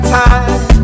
time